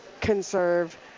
conserve